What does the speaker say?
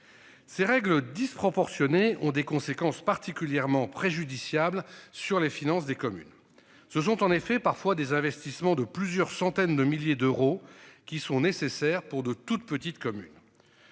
Ces règles disproportionnées, ont des conséquences particulièrement préjudiciable sur les finances des communes se sont en effet parfois des investissements de plusieurs centaines de milliers d'euros qui sont nécessaires pour de toutes petites communes.